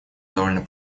довольно